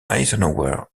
eisenhower